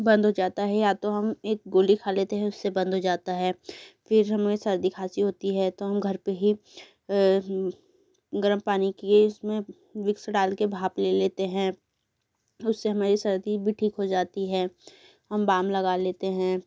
बंद हो जाता है या तो हम एक गोली खा लेते हैं उससे बंद हो जाता है फिर हमें सर्दी खाँसी होती है तो हम घर पर ही गर्म पानी किए इसमें विक्स डाल कर भाँप ले लेते हैं उससे हमारी सर्दी भी ठीक हो जाती है हम बाम लगा लेते हैं